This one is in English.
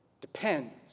depends